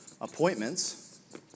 appointments